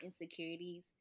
insecurities